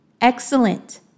Excellent